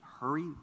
hurry